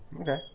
okay